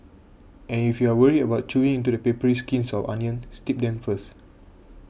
and if you are worried about chewing into the papery skins of onions steep them first